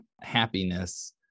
happiness